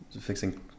fixing